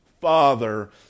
Father